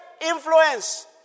influence